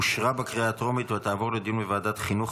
אושרה בקריאה הטרומית ותעבור לדיון בוועדת החינוך,